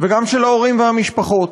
וגם של ההורים והמשפחות.